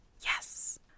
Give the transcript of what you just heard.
yes